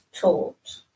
taught